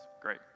Great